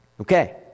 Okay